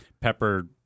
pepper